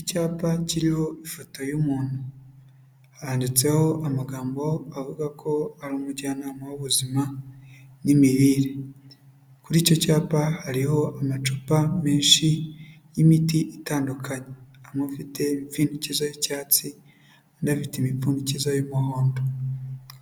Icyapa kiriho ifoto y'umuntu handitseho amagambo avuga ko ari umujyanama w'ubuzima n'imirire. Kuri icyo cyapa hariho amacupa menshi y'imiti itandukanye. Amwe afite imipfundikizo y'icyatsi andi afite imipfundikizo y'umuhondo